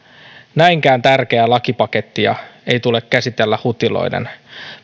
näinkään tärkeää lakipakettia ei tule käsitellä hutiloiden